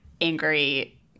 angry